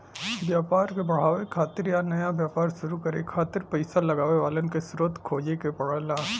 व्यापार क बढ़ावे खातिर या नया व्यापार शुरू करे खातिर पइसा लगावे वालन क स्रोत खोजे क पड़ला